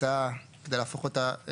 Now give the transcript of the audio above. זאת אומרת, הוא כבר כמה שנים הגיע.